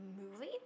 movie